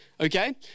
okay